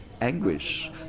anguish